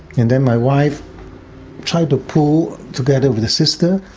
and then my wife tried to pull, together with the sister,